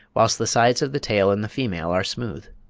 whilst the sides of the tail in the female are smooth.